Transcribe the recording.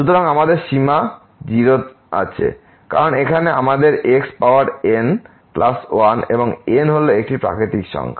সুতরাং আমাদের সীমা 0 আছে কারণ এখানে আমাদের x পাওয়ার n প্লাস 1 এবং n হল একটি প্রাকৃতিক সংখ্যা